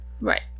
Right